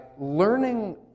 learning